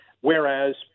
whereas